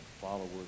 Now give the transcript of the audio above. followers